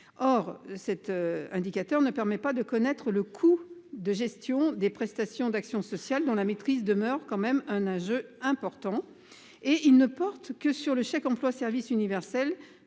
Cet indicateur ne permet pas de connaître le coût de gestion des prestations d’action sociale, dont la maîtrise demeure tout de même un enjeu important, et ne porte que sur le chèque emploi service universel